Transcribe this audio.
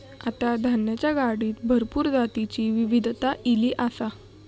आता धान्याच्या गाडीत भरपूर जातीची विविधता ईली आसा